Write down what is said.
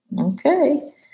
Okay